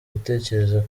gutekereza